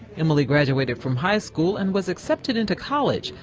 emily graduated from high school and was accepted into college,